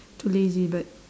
too lazy but